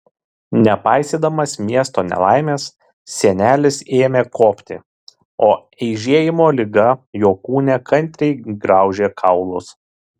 nepaisydamas miesto nelaimės senelis ėmė kopti o eižėjimo liga jo kūne kantriai graužė kaulus